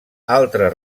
altres